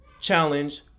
challenge